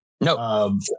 No